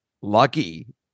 lucky